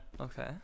Okay